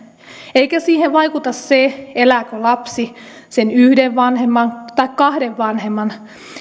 eikä siihen vaikuta se elääkö lapsi sen yhden vanhemman tai kahden vanhemman